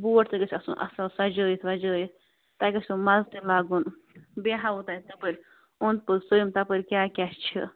boat تہِ گَژھِ آسُن اَصٕل سَجٲیِتھ وَجٲیِتھ تۄہہِ گَژھِو مَزٕ تہِ لَگُن بیٚیہِ ہاوو تۄہہِ تَپٲرۍ اوٚند پوٚتھ سٲلِم تَپٲرۍ کیٛاہ کیٛاہ چھِ